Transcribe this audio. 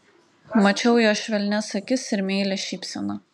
mačiau jo švelnias akis ir meilią šypseną